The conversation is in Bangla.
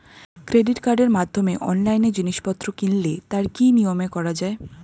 ক্রেডিট কার্ডের মাধ্যমে অনলাইনে জিনিসপত্র কিনলে তার কি নিয়মে করা যায়?